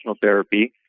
therapy